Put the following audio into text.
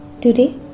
Today